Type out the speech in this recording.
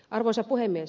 arvoisa puhemies